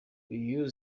uyu